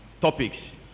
topics